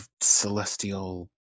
celestial